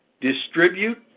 Distribute